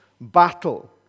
battle